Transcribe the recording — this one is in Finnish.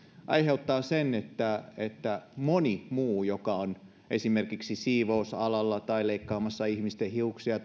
aiheuttaa sen että että moni muu joka on esimerkiksi siivousalalla tai leikkaamassa ihmisten hiuksia